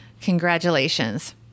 congratulations